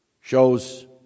shows